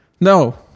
No